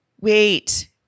Wait